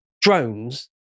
drones